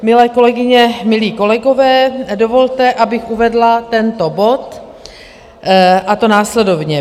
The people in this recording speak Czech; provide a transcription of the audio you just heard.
Milé kolegyně, milí kolegové, dovolte, abych uvedla tento bod, a to následovně.